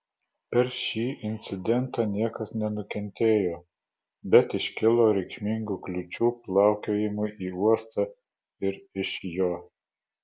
per šį incidentą niekas nenukentėjo bet iškilo reikšmingų kliūčių plaukiojimui į uostą ir iš jo